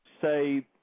say